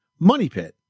MONEYPIT